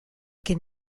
che